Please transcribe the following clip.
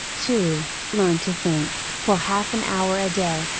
two learn to think, for half an hour a day,